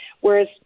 whereas